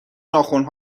ناخن